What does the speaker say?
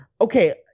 okay